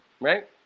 right